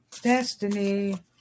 Destiny